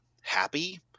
happy